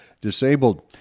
disabled